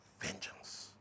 vengeance